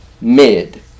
Mid